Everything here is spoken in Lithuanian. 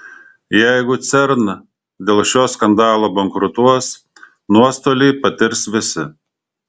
jei cern dėl šio skandalo bankrutuos nuostolį patirs visi